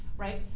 right?